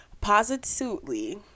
positively